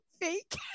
fake